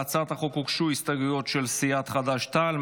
להצעת החוק הוגשו הסתייגויות של סיעת חד"ש-תע"ל.